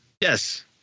Yes